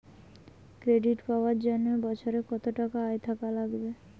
Credit পাবার জন্যে বছরে কত টাকা আয় থাকা লাগবে?